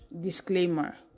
disclaimer